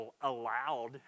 allowed